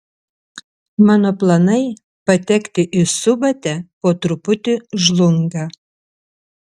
mano planai patekti į subatę po truputį žlunga